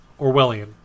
Orwellian